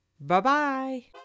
Bye-bye